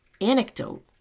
anecdote